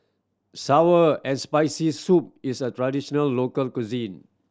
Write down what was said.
sour and Spicy Soup is a traditional local cuisine